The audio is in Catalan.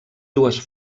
dues